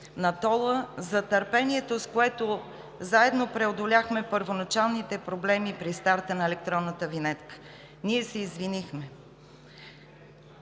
на тол-а, за търпението, с което заедно преодоляхме първоначалните проблеми при старта на електронната винетка. Ние се извинихме.